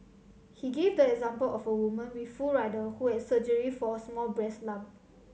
he gave the example of a woman with full rider who had surgery for a small breast lump